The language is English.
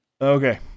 okay